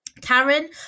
Karen